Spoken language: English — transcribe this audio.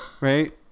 right